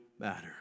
matter